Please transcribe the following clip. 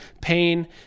pain